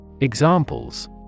Examples